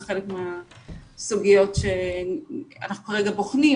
זה חלק מהסוגיות שאנחנו כרגע בוחנים,